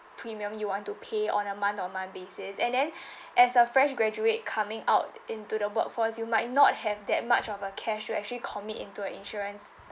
premium you want to pay on a month on month basis and then as a fresh graduate coming out into the workforce you might not have that much of a cash to actually commit into a insurance